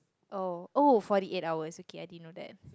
oh oh forty eight hours okay I didn't know that